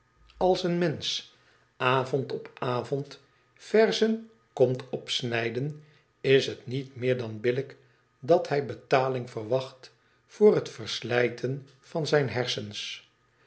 als een avond op avond verzen komt opsnijden is het niet meer dan billijk dat hij betaling verwacht voor het verslijten van zijne hersens